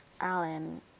Alan